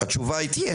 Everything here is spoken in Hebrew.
התשובה היא תהיה,